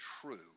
true